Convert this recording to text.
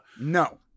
no